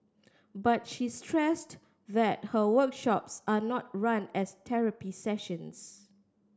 but she stressed that her workshops are not run as therapy sessions